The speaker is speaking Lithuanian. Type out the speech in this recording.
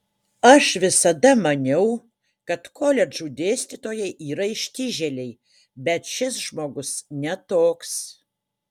aš visada maniau kad koledžų dėstytojai yra ištižėliai bet šis žmogus ne toks